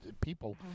people